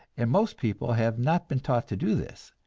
and most people have not been taught to do this,